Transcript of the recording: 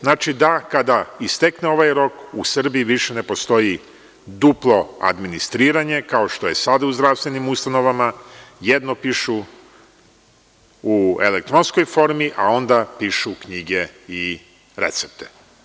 Znači, da kada istekne ovaj rok u Srbiji više ne postoji duplo administriranje kao što je sada u zdravstvenim ustanovama, jedni pišu u elektronskoj formi onda pišu u knjige i recepte.